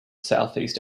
southeast